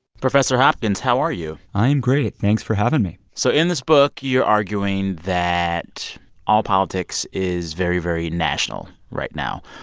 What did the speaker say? professor hopkins, how are you? i'm great. thanks for having me so in this book, you're arguing that all politics is very, very national right now.